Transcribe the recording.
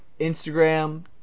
Instagram